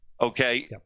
Okay